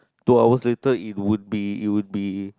two hours later it would be it would be